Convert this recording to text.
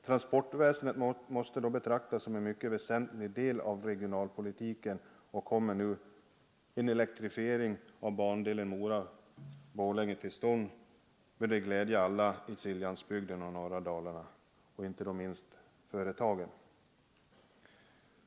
Transportväsendet måste då betraktas som en mycket väsentlig del av regionalpolitiken, och kommer nu en elektrifiering av bandelen Borlänge—Mora till stånd, bör det glädja alla i Siljansbygden och norra Dalarna, inte minst företagen.